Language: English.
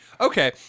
Okay